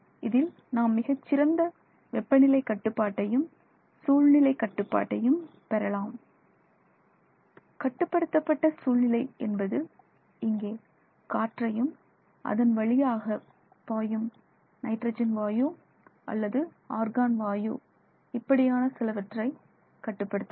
இதில் நாம் மிகச்சிறந்த வெப்பநிலை கட்டுப்பாட்டையும் சூழ்நிலை கட்டுப்பாட்டையும் பெறலாம் கட்டுப்படுத்தப்பட்ட சூழ்நிலை என்பது இங்கே காற்றையும் அதன் வழியாக பாயும் நைட்ரஜன் வாயு அல்லது ஆர்கான் வாயு இப்படியான சிலவற்றை கட்டுப்படுத்துதல்